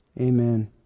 amen